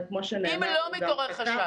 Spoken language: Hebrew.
ואם לא מתעורר חשד?